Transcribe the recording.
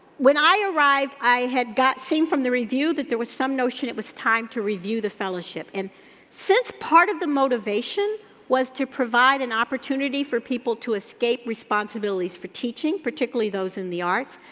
when i arrived, i had seen from the review that there was some notion it was time to review the fellowship and since part of the motivation was to provide an opportunity for people to escape responsibilities for teaching, particularly those in the arts,